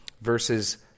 verses